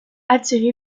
attiré